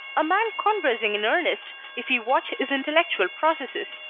a man conversing in earnest, if he watch his intellectual processes,